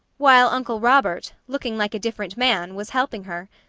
while uncle robert, looking like a different man, was helping her.